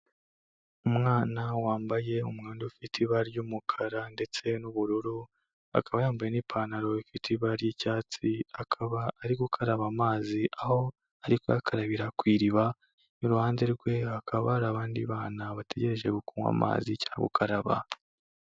Umwana wambaye umwenda ufite ibara ry'umukara ndetse n'ubururu, akaba yambaye n'ipantaro, ifite ibara ry'icyatsi, akaba ari gukaraba amazi, aho ari kuyakarabira ku iriba, iruhande rwe, hakaba hari abandi bana bategereje kunywa amazi cya gukaraba.